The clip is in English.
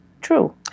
true